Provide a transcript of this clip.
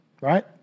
right